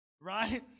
Right